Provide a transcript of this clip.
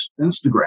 Instagram